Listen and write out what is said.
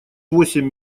восемь